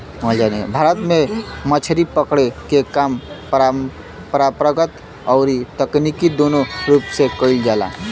भारत में मछरी पकड़े के काम परंपरागत अउरी तकनीकी दूनो रूप से कईल जाला